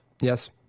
Yes